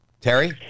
Terry